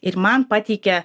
ir man pateikia